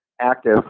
active